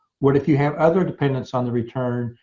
what if you have other dependents on the return,